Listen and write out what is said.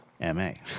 M-A